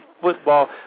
football